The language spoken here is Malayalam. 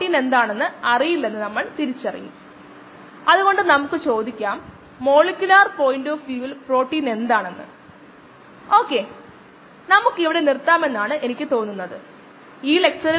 07mMmin 1 ബാക്കിയുള്ളവ നേരെയാണ് നമുക്ക് സമയത്തിനൊപ്പം സബ്സ്ട്രേറ്റ് വ്യതിയാനമുണ്ട് ഈ സമവാക്യത്തിൽ നിന്നും അത് നമുക്ക് ലഭിക്കുന്നതാണ്